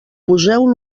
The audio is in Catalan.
poseu